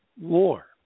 war